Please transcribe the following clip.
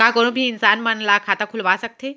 का कोनो भी इंसान मन ला खाता खुलवा सकथे?